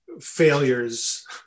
failures